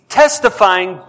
testifying